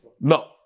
No